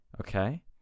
okay